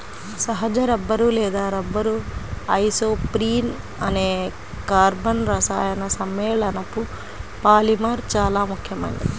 సహజ రబ్బరు లేదా rubber isoprene అనే కర్బన రసాయన సమ్మేళనపు పాలిమర్ చాలా ముఖ్యమైనది